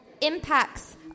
impacts